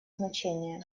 значение